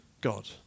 God